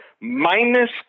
minus